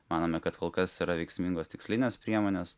manome kad kol kas yra veiksmingos tikslinės priemonės